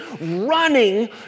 running